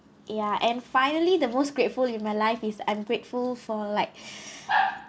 ya and finally the most grateful in my life is I'm grateful for like